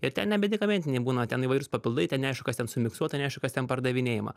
ir ten nemedikamentiniai būna ten įvairūs papildai ten neaišku kas ten sumiksuota neaišku kas ten pardavinėjama